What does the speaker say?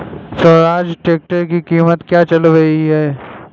Swaraj tractor की कीमत क्या चल रही है?